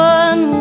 one